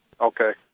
Okay